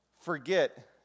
forget